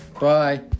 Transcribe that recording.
Bye